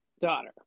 daughter